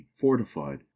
fortified